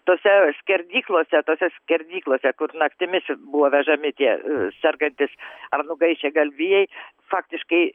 tose skerdyklose tose skerdyklose kur naktimis buvo vežami tie sergantys ar nugaišę galvijai faktiškai